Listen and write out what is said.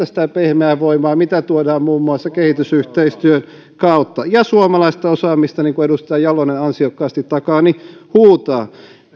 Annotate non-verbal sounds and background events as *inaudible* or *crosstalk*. *unintelligible* sitä pehmeää voimaa mitä tuodaan muun muassa kehitysyhteistyön kautta ja suomalaista osaamista niin kuin edustaja jalonen ansiokkaasti takaani huutaa